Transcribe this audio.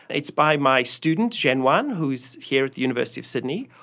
it's by my student zhen wan who is here at the university of sydney.